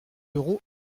euros